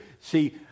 See